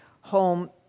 home